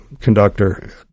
conductor